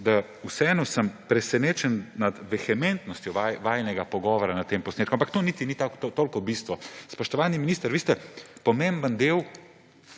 sem vseeno presenečen nad vehementnostjo vajinega pogovora na tem posnetku, ampak to niti ni toliko bistveno. Spoštovani minister, vi ste pomemben del